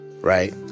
Right